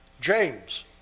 James